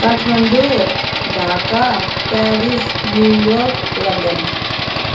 Kathmandu Dhaka Paris New York London